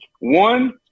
One